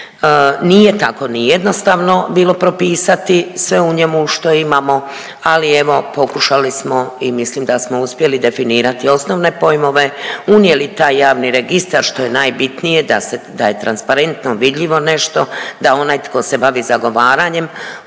Nije tako ni jednostavno bilo propisati sve u njemu što imamo, ali evo pokušali smo i mislim da smo uspjeli definirati osnovne pojmove, unijeli taj javni registar, što je najbitnije da se, da je transparentno vidljivo nešto, da onaj tko se bavi zagovaranjem